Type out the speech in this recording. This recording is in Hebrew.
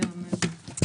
הישיבה ננעלה בשעה